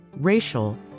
racial